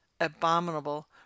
abominable